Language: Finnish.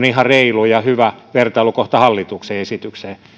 ihan reilu ja hyvä vertailukohta hallituksen esitykseen